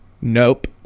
Nope